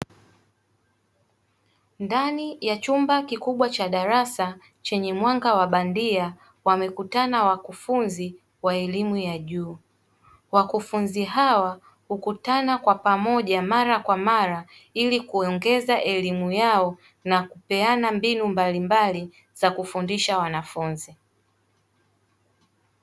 Ndani ya chumba kikubwa cha darasa, chenye mwanga wa bandia, wamekutana wakufunzi wa elimu ya juu; wakufunzi hawa hukutana pamoja mara kwa mara ili kuongeza elimu yao na kupeana mbinu mbalimbali za kufundisha wanafunzi.